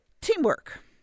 Teamwork